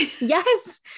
yes